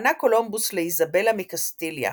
פנה קולומבוס לאיזבלה מקסטיליה.